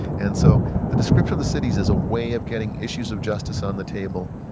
and so the description of the cities is a way of getting issues of justice on the table,